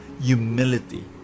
humility